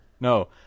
No